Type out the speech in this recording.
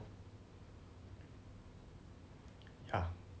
ya